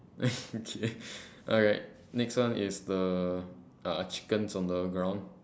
okay alright next one is the uh chickens on the ground